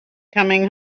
coming